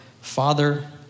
father